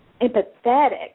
empathetic